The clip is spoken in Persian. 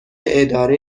اداره